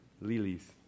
Lilies